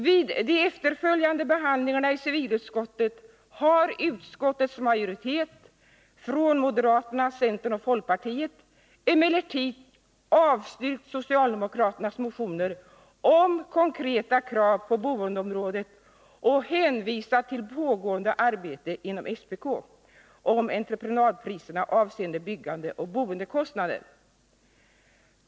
Vid de efterföljande behandlingarna i civilutskottet har utskottets majoritet — moderaterna, centern och folkpartiet — emellertid avstyrkt socialdemokraternas motioner med konkreta krav på boendeområdet och hänvisat till pågående arbete inom SPK om entreprenadpriserna avseende byggande och boendekostnader.